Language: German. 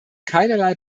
keinerlei